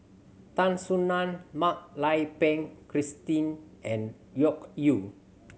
Tan Soo Nan Mak Lai Peng Christine and Loke Yew